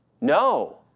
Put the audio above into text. No